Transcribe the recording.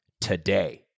today